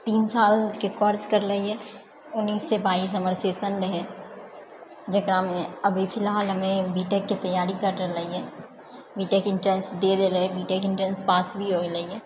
तीन सालके कोर्स करले हियै उन्नैस सँ बाइस हमर सेशन रहै जकरामे अभी फिलहालमे बीटेकके तैयारी कर रहले हियै बीटेक एन्ट्रन्स दे रहल हियै बीटेक एंट्रेन्स पास भी हो गेल हियै